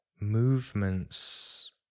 movements